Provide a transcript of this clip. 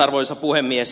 arvoisa puhemies